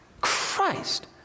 Christ